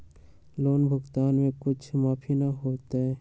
Loan भुगतान में कुछ माफी न होतई?